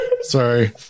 Sorry